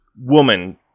woman